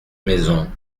maisons